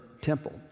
temple